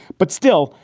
but still,